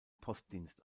postdienst